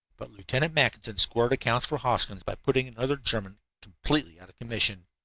but lieutenant mackinson squared accounts for hoskins by putting another german completely out of commission.